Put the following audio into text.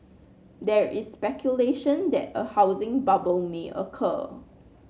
there is speculation that a housing bubble may occur